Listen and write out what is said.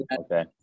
okay